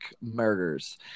murders